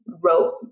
wrote